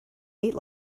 ate